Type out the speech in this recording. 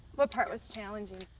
what part was challenging?